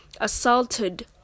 assaulted